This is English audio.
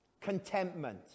Contentment